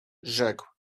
rzekł